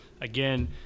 Again